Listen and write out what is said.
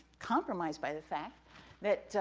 compromised by the fact that,